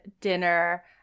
dinner